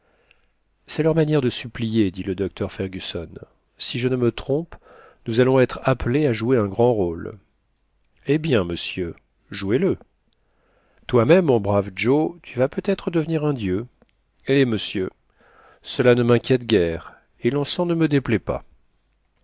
c'est leur manière de supplier dit le docteur fergusson si je ne me trompe nous allons être appelés à jouer un grand rôle eh bien monsieur jouez le toi-même mon brave joe tu vas peut-être devenir un dieu eh monsieur cela ne m'inquiète guère et l'encens ne me déplait pas